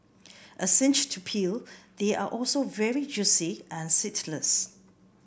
a cinch to peel they are also very juicy and seedless